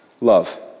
love